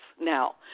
Now